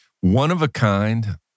one-of-a-kind